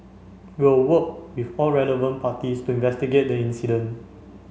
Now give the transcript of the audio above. we will work with all relevant parties to investigate the incident